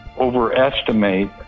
overestimate